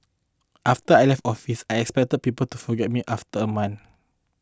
after I left office I expected people to forget me after a month